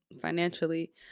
financially